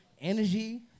Energy